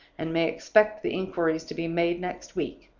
and may expect the inquiries to be made next week!